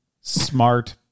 smart